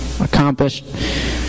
accomplished